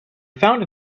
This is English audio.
found